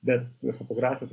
bet fotografija